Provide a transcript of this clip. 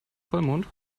vollmond